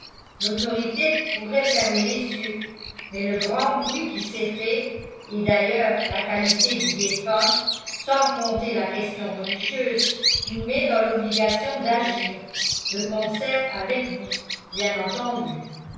l'autorité pourrait fermer les yeux mais le grand bruit qui s'est fait et d'ailleurs la qualité du défunt sans compter la question religieuse nous met dans l'obligation d'agir de concert avec vous bien entendu